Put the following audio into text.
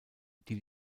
die